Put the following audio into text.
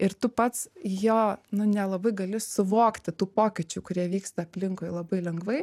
ir tu pats jo nu nelabai gali suvokti tų pokyčių kurie vyksta aplinkui labai lengvai